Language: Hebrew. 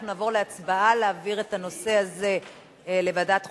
אנחנו נעבור להצבעה על העברת הנושא הזה לוועדת החוקה,